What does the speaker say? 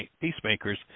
peacemakers